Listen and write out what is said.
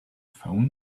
phone